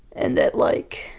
and that like